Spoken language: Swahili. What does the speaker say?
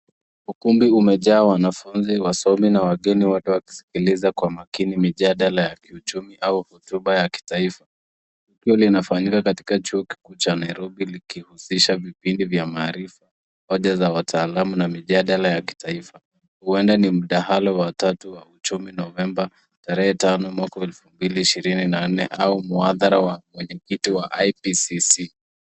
Ukumbi umejaa wanafunzi, wasomi na wageni, wote wakisikiliza kwa makini mijadala ya kiuchumi au hotuba ya kitaifa. Shughuli inafanyika katika chuo kikuu cha Nairobi likihusisha vipindi vya maarifa, hoja za wataalamu na mijadala ya kitaifa. Huenda ni mdahalo wa tatu wa uchumi Novemba tarehe tano mwaka wa elfu mbili ishirini na nne au muhadhara wa wenye kiti wa IBCC .